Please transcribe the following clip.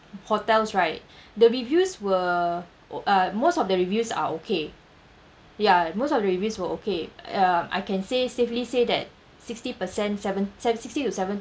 hotels right the reviews were o~ uh most of the reviews are okay ya most of the reviews were okay um I can say safely say that sixty percent seven se~ sixty to seventy